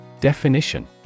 Definition